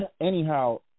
anyhow